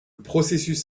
processus